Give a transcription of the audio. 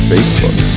Facebook